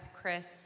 Chris